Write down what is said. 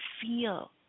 feel